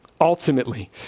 Ultimately